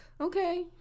okay